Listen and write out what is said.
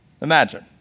imagine